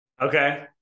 Okay